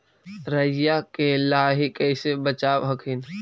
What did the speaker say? राईया के लाहि कैसे बचाब हखिन?